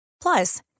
plus